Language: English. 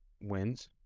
wins